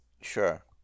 Sure